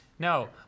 No